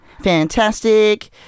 Fantastic